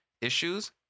issues